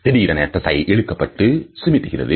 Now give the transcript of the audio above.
திடீரென தசை இழுக்கப்பட்டு சிமிட்டுகிறது